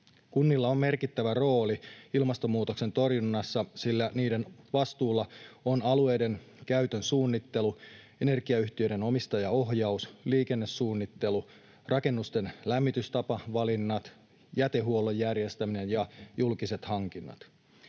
Kunnilla on merkittävä rooli ilmastonmuutoksen torjunnassa, sillä niiden vastuulla on alueiden käytön suunnittelu, energiayhtiöiden omistajaohjaus, liikennesuunnittelu, rakennusten lämmitystapavalinnat, jätehuollon järjestäminen ja julkiset hankinnat.